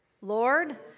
Lord